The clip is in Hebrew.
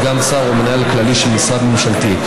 סגן שר או מנהל כללי של משרד ממשלתי.